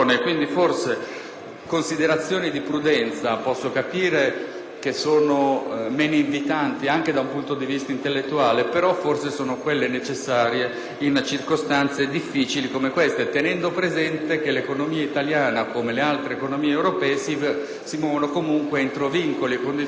considerazioni di prudenza, che capisco essere meno invitanti, anche dal punto di vista intellettuale, forse sono necessarie in circostanze difficili come queste, tenendo presente che le economie italiana ed europee si muovono comunque entro vincoli e condizioni molto strette